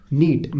need